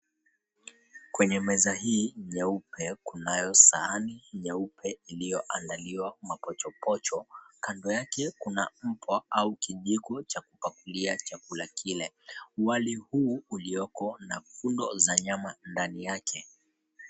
Kwenye meza hii nyeupe, kunayo sahani nyeupe iliyoandaliwa mapochopocho. Kando yake kuna mpwa au kijiko cha kupangulia chakula kile. Wali huu ulioko na fundo za nyama ndani yake.